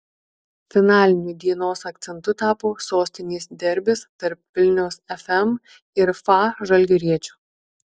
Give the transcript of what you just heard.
finaliniu dienos akcentu tapo sostinės derbis tarp vilniaus fm ir fa žalgiriečio